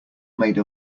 made